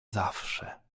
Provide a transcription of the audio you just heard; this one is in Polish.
zawsze